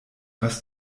was